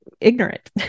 ignorant